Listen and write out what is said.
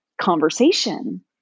conversation